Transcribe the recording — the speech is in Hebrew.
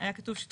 היה כתוב "שטחו,